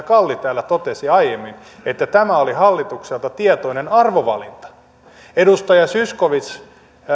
kalli täällä totesi aiemmin että tämä oli hallitukselta tietoinen arvovalinta edustaja zyskowicz